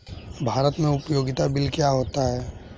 भारत में उपयोगिता बिल क्या हैं?